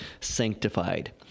sanctified